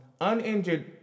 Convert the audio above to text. uninjured